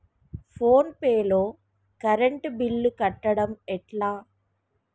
Phone pay లో current bill కట్టడం ఎట్లా?